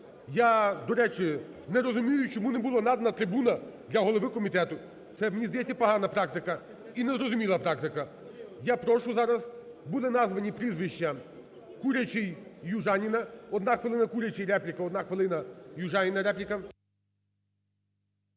Я, до речі, не розумію, чому не була надана трибуна для голови комітету. Це, мені здається, погана практика і незрозуміла практика. Я прошу, зараз були названі прізвища Курячий, Южаніна, одна хвилина – Курячий, репліка, одна хвилина – Южаніна, репліка.